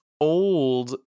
old